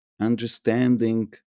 understanding